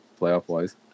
playoff-wise